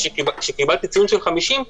כשקיבלתי ציון של 50,